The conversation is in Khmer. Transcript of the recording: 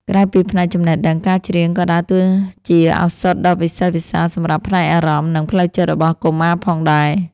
ក្រៅពីផ្នែកចំណេះដឹង ការច្រៀងក៏ដើរតួជាឱសថដ៏វិសេសវិសាលសម្រាប់ផ្នែកអារម្មណ៍ និងផ្លូវចិត្តរបស់កុមារផងដែរ។